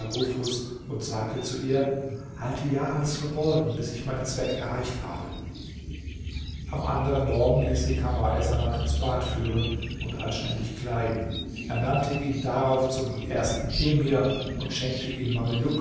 nufus und sagte zu ihr halte ja alles verborgen bis ich meinen zweck erreicht habe am anderen morgen ließ sie kamr essaman ins bad führen und anständig kleiden ernannte ihn darauf zum ersten emir und schenkte ihm